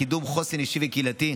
לקידום חוסן אישי וקהילתי,